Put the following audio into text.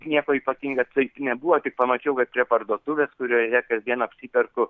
nieko ypatinga taip nebuvo tik pamačiau kad prie parduotuvės kurioje kasdien apsiperku